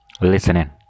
listening